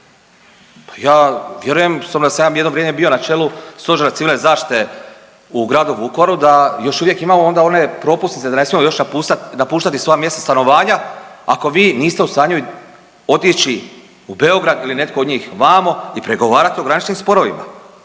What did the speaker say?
ja vjerujem, s tim da sam ja jedno vrijeme bio na čelu Stožera civilne zaštite u gradu Vukovaru da još uvijek imamo onda one propusnice da ne smijemo još napuštati svoja mjesta stanovanja ako vi niste u stanju otići u Beograd ili netko od njih vamo i pregovarati o graničnim sporovima.